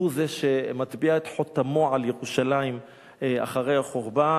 הוא שמטביע את חותמו על ירושלים אחרי החורבן.